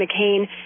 McCain